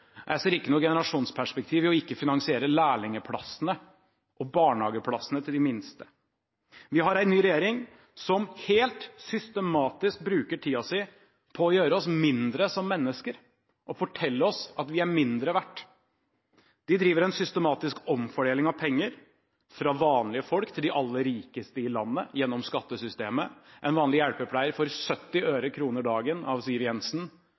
Jeg ser ikke noe generasjonsperspektiv i ikke å finansiere lærlingplassene og barnehageplassene til de minste. Vi har en ny regjering som helt systematisk bruker tiden sin på å gjøre oss mindre som mennesker og fortelle oss at vi er mindre verdt. De driver en systematisk omfordeling av penger – fra vanlige folk til de aller rikeste i landet, gjennom skattesystemet. En vanlig hjelpepleier får 70 øre dagen av Siv Jensen,